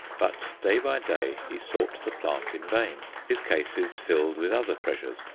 but day by day he sought the plant in vain. his cases filled with other treasures.